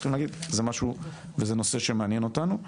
צריכים להגיד: זה נושא שמעניין אותנו.